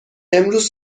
امروز